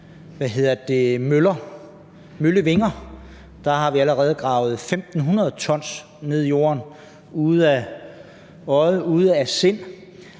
møllevinger, så har vi allerede gravet 1.500 t ned i jorden – ude af øje, ude af sind.